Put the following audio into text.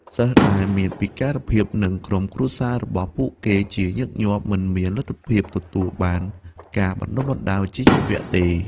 សិស្សដែលមានពិការភាពនិងក្រុមគ្រួសាររបស់ពួកគេជាញឹកញាប់មិនមានលទ្ធភាពទទួលបានការបណ្តុះបណ្តាលវិជ្ជាជីវៈទេ”។